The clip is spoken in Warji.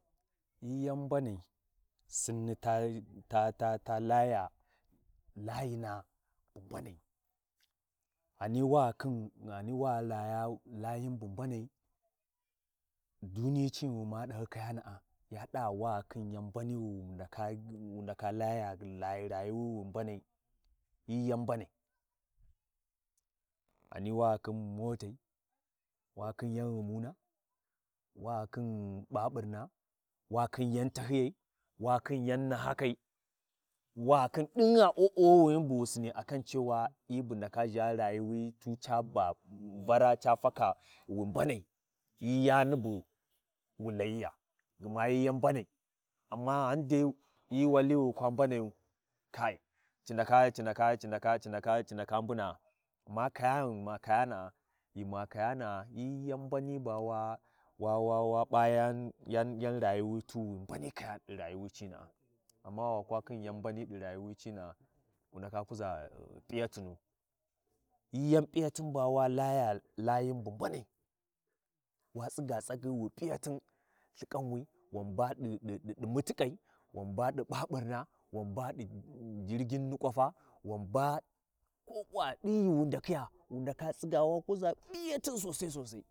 Ghi hyi ndaka P’a kawai jarhin bu- bu- bu- bu- bu- P’a kurɗina caba sai ca hala ghi- ghi- ghi- gh ya U’mma wi kukusi khin suban Mbiyana, yahala ghi—ya bura wuayana, ko wuyam wani Lthinani ma subu ma zha wali kayani tiɗi ghan mbuyarana’a wunai ghadai dai akwai yi ya U’mmuʒi ɗi Nigeriyan, gwaunati ci ndaka P’a ghi- ghi kurɗin ta ʒau, tingha kayana yan ʒhahyin wali cina’a, babu bu kurdin dinna, wu ndaka kuʒa kurdin ba bakwayan pu sosai, wu ndaka P’usin yaya ya- wa kinusin.